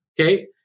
Okay